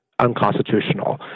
unconstitutional